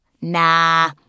Nah